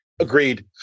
Agreed